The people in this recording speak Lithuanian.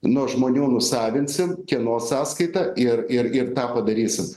nuo žmonių nusavinsim kieno sąskaita ir ir ir tą padarysim